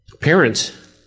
Parents